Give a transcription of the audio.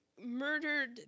murdered